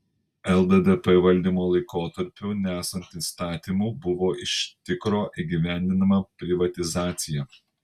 lddp valdymo laikotarpiu nesant įstatymų buvo iš tikro įgyvendinama privatizacija